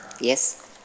Yes